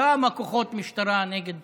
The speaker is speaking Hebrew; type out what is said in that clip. כמה כוחות משטרה נגד